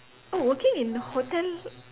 oh working in hotel